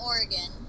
Oregon